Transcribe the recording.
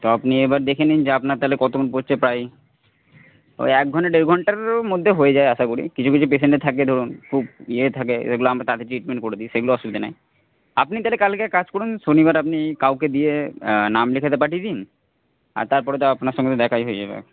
তো আপনি এবার দেখে নিন যে আপনার তাহলে কতক্ষণ পড়ছে প্রায় ওই এক ঘণ্টা দেড় ঘণ্টার মধ্যে হয়ে যাবে আশা করি কিছু কিছু পেশেন্টের থাকে ধরুন খুব ইয়ে থাকে যেগুলো আমরা তাড়াতাড়ি ট্রিটমেন্ট করে দিই সেগুলো অসুবিধা নাই আপনি তাহলে কালকে এক কাজ করুন শনিবার আপনি কাউকে দিয়ে নাম লেখাতে পাঠিয়ে দিন আর তারপরে তো আপনার সঙ্গে তো দেখাই হয়ে যাবে